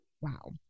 Wow